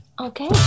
Okay